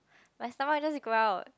my stomach just growled